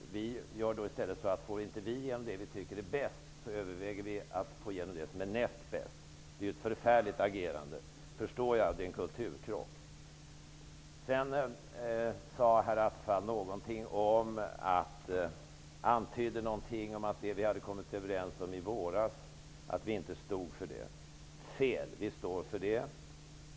Får vi inte igenom det vi tycker är bäst överväger vi att få igenom det som är näst bäst. Det är ju ett förfärligt agerande! Jag förstår att det är en kulturkrock. Sedan antydde herr Attefall någonting om att Ny demokrati inte stod för det vi hade kommit överens om i våras. Det är fel. Vi står för det.